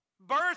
Birth